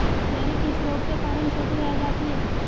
Cherry किस रोग के कारण छोटी रह जाती है?